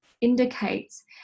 indicates